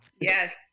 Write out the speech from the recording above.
Yes